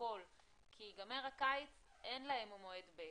הכל כי ייגמר הקיץ, אין להם מועד ב'.